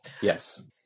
Yes